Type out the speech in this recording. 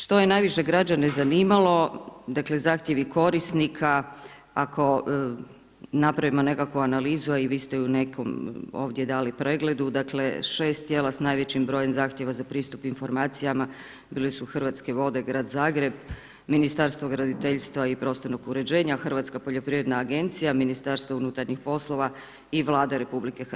Što je najviše građane zanimalo, dakle zahtjevi korisnika, ako napravimo nekakvu analizu a i vi ste je u nekom dali ovdje pregledu, dakle 6 tijela s najvećim brojem zahtjeva za pristup informacijama bile su Hrvatske vode, grad Zagreb, Ministarstvo graditeljstva i prostornog uređenja, Hrvatska poljoprivredna agencija, Ministarstvo unutarnjih poslova i Vlada RH.